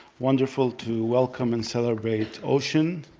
wonderful to welcome and celebrate ocean.